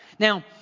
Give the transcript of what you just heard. Now